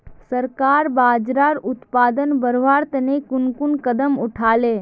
सरकार बाजरार उत्पादन बढ़वार तने कुन कुन कदम उठा ले